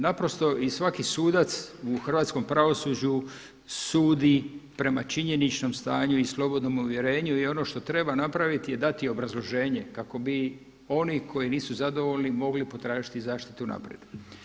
Naprosto i svaki sudac u hrvatskom pravosuđu sudi prema činjeničnom stanju i slobodnom uvjerenju i ono što treba napraviti je dati obrazloženje kako bi oni koji nisu zadovoljni mogli potražiti zaštitu unaprijed.